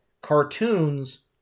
cartoons